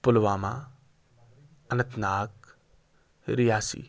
Pulwama Anantnag Reasi